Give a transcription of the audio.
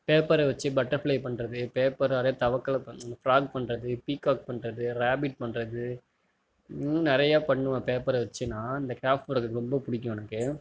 பேப்பரை வச்சு பட்டர்ஃப்ளை பண்ணுறது பேப்பரால தவக்களை ஃப்ராக் பண்ணுறது பண்ணுறது பீக்காக் பண்ணுறது ராபிட் பண்ணுறது இன்னும் நிறையா பண்ணுவேன் பேப்பரை வச்சு நான் அந்த கிராஃப்ட் ஒர்க் ரொம்ப பிடிக்கும் எனக்கு